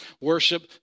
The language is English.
worship